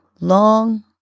Long